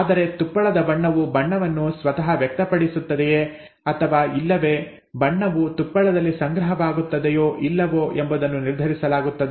ಆದರೆ ತುಪ್ಪಳದ ಬಣ್ಣವು ಬಣ್ಣವನ್ನು ಸ್ವತಃ ವ್ಯಕ್ತಪಡಿಸುತ್ತದೆಯೇ ಅಥವಾ ಇಲ್ಲವೇ ಬಣ್ಣವು ತುಪ್ಪಳದಲ್ಲಿ ಸಂಗ್ರಹವಾಗುತ್ತದೆಯೋ ಇಲ್ಲವೋ ಎಂಬುದನ್ನು ನಿರ್ಧರಿಸಲಾಗುತ್ತದೆ